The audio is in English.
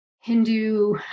Hindu